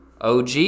OG